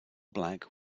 black